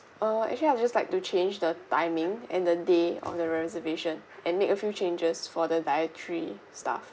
uh actually I would just like to change the timing and the day of the reservation and make a few changes for the dietary stuff